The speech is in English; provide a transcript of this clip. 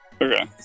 Okay